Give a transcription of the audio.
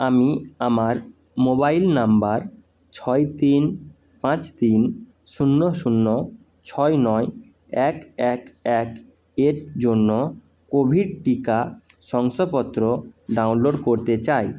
আমি আমার mobile number ছয় তিন পাঁচ তিন শূন্য শূন্য ছয় নয় এক এক এক এর জন্য কোভিড টিকা শংসাপত্র ডাউনলোড করতে চাই